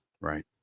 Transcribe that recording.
Right